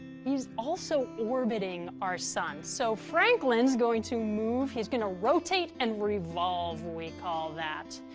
he's also orbiting our sun. so franklin's going to move, he's gonna rotate and revolve, we call that.